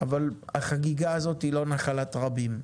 אבל החגיגה הזו היא לא נחלת רבים.